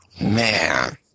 Man